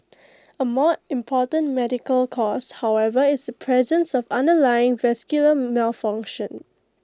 A more important medical cause however is the presence of underlying vascular malformations